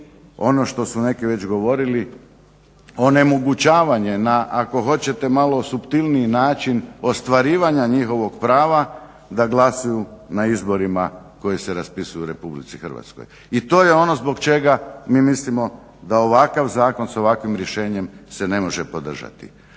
ono što su neki već govorili onemogućavanje na ako hoćete na malo suptilniji način ostvarivanja njihovog prava da glasuju na izborima koji se raspisuju u RH. I to je ono zbog čega mi mislimo da ovakav zakon s ovakvim rješenjem se ne može podržati.